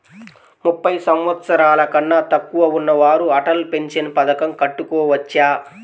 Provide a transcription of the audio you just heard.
ముప్పై సంవత్సరాలకన్నా తక్కువ ఉన్నవారు అటల్ పెన్షన్ పథకం కట్టుకోవచ్చా?